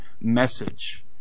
message